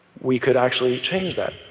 we could actually change that,